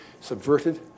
subverted